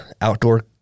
outdoor